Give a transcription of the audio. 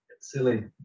silly